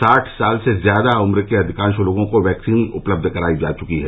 साठ साल से ज्यादा उम्र के अधिकांश लोगों को वैक्सीन उपलब्ध करायी जा चुकी है